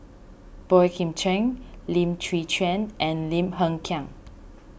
Boey Kim Cheng Lim Chwee Chian and Lim Hng Kiang